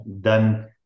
done